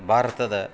ಭಾರತದ